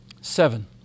Seven